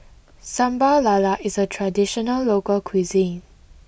Sambal Lala is a traditional local cuisine